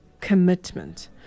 commitment